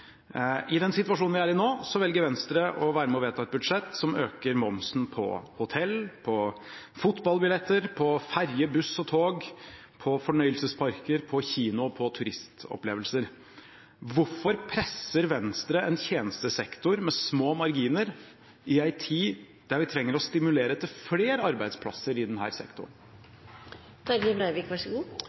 I den situasjonen vi er i nå, velger Venstre å være med på å vedta et budsjett som øker momsen på hotell, på fotballbilletter, på ferje, buss og tog, på fornøyelsesparker, på kino og på turistopplevelser. Hvorfor presser Venstre en tjenestesektor med små marginer i en tid der vi trenger å stimulere til flere arbeidsplasser i